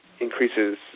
increases